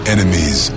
Enemies